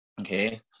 okay